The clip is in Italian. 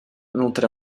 nutre